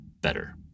better